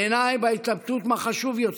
בעיניי, בהתלבטות מה חשוב יותר,